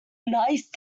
nice